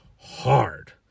hard